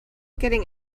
getting